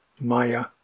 Maya